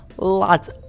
Lots